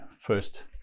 First